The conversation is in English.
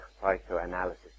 psychoanalysis